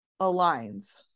aligns